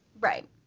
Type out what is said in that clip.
right